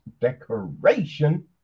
decoration